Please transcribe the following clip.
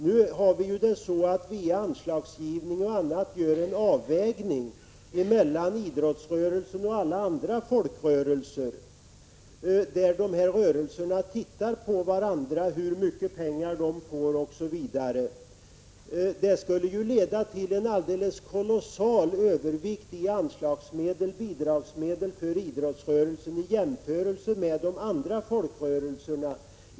Nuvarande ordning är att via anslagsgivning göra en avvägning mellan idrottsrörelsen och alla andra folkrörelser. Dessa rörelser tittar på varandra för att se hur mycket pengar de olika rörelserna får. Det skulle leda till en alldeles kolossal övervikt i bidragsmedel för idrottsrörelsen i jämförelse med de andra folkrörelserna.